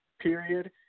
period